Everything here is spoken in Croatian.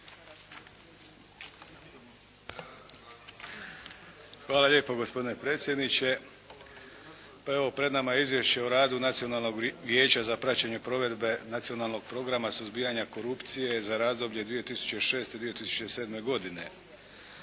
Hvala lijepo. Gospodine predsjedniče. Pa evo, pred nama je Izvješće o radu Nacionalnog vijeća za praćenje provedbe Nacionalnog programa suzbijanja korupcije za razdoblje 2006. do 2007. godine.